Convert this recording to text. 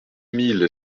mille